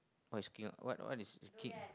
what is king or what what is king